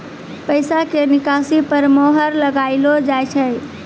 पैसा के निकासी पर मोहर लगाइलो जाय छै